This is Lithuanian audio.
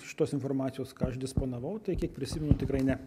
šitos informacijos ką aš disponavau tai kiek prisimenu tikrai ne